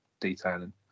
detailing